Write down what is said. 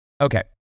okay